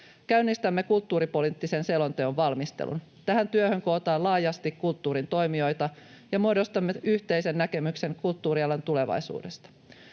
Käynnistämme kulttuuripoliittisen selonteon valmistelun. Tähän työhön kootaan laajasti kulttuurin toimijoita, ja muodostamme yhteisen näkemyksen kulttuurialan tulevaisuudesta.